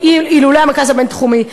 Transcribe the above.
אילולא המרכז הבין-תחומי.